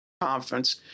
conference